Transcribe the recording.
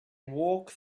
walk